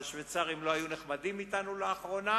אבל השוויצרים לא היו נחמדים אתנו לאחרונה,